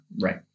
Right